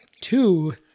two